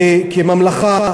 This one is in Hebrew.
כממלכה,